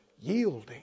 Yielding